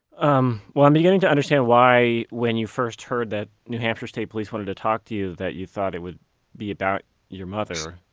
um well i'm beginning to understand why when you first heard that new hampshire state police wanted to talk to you that you thought it would be about your mother.